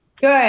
Good